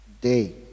day